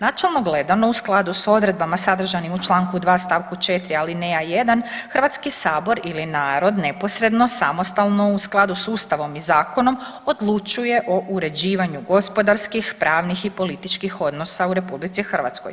Načelno gledano u skladu s odredbama sadržanim u Članku 2. stavku 4. alineja 1. Hrvatski sabor ili narod neposredno, samostalno u skladu s Ustavom i zakonom odlučuje o uređivanju gospodarskih, pravnih i političkih odnosa u RH.